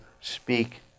speak